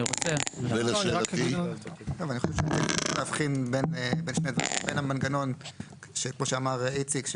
אני חושב שצריך להבחין בין שני דברים: בין המנגנון שכמו שאמר איציק,